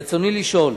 רצוני לשאול: